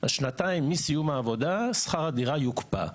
אז שנתיים מסיום העבודה שכר הדירה יוקפא.